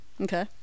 Okay